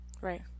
Right